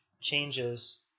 changes